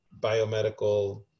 biomedical